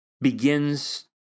begins